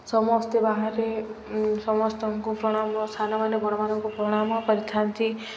ସମସ୍ତେ ବାହାରେ ସମସ୍ତଙ୍କୁ ପ୍ରଣାମ ସାନମାନେ ବଡ଼ମାନଙ୍କୁ ପ୍ରଣାମ କରିଥାନ୍ତି